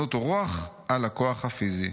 עליונות הרוח על הכוח הפיזי'.